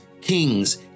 kings